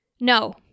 No